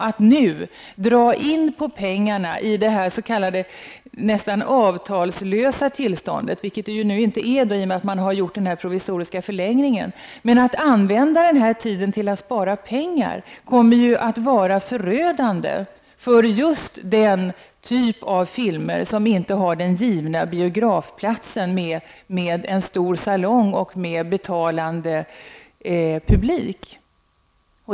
Att nu, i det här nästan avtalslösa tillståndet -- som nu inte är avtalslöst i och med den provisoriska förlängningen -- använda tiden till att spara pengar, kommer att bli förödande för just den typ av filmer som inte har den givna biografplatsen med en stor salong och med betalande publik.